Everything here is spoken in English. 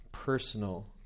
personal